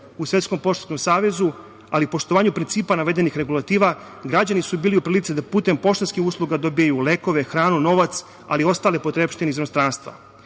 u Svetskom poštanskom savezu, ali i poštovanju principa navedenih regulativa, građani su bili u prilici da putem poštanskih usluga dobijaju lekove, hranu, novac, ali i ostale potrepštine iz inostranstva. Svetski